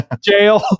jail